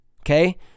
okay